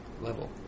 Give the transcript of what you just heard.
level